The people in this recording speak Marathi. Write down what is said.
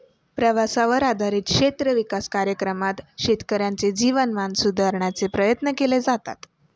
पावसावर आधारित क्षेत्र विकास कार्यक्रमात शेतकऱ्यांचे जीवनमान सुधारण्याचे प्रयत्न केले जातात